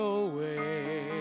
away